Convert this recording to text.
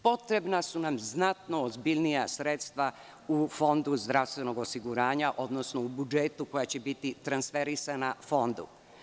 Potrebna su nam znatno ozbiljnija sredstva u Fondu zdravstvenog osiguranja, odnosno u budžetu koja će biti transferisana Fondu.